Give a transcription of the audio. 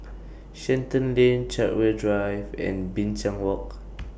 Shenton Lane Chartwell Drive and Binchang Walk